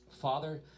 Father